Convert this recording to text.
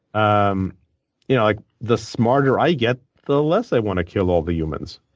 um you know like the smarter i get, the less i want to kill all the humans.